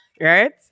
right